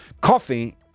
Coffee